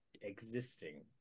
existing